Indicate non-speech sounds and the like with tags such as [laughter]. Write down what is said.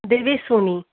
देवी [unintelligible]